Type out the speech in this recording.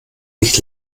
nicht